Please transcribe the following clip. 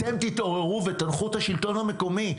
אתם תתעוררו ותנחו את השלטון המקומי.